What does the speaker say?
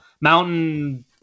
mountain